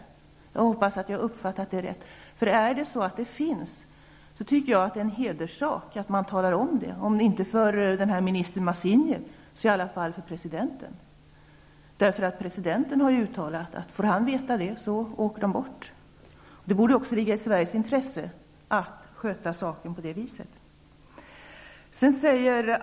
Jag hoppas att jag har uppfattat det rätt. Är det så att det finns en sådan lista tycker jag att det är en hederssak att man talar om det, om inte för minister Matsinha så i alla fall för presidenten. Presidenten har ju uttalat att den som han får veta något sådant om åker ut ur regeringen. Det borde också ligga i Sveriges intresse att sköta saken på det viset.